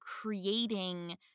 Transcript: creating